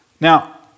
Now